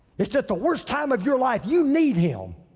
it's at the worst time of your life you need him.